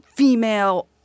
Female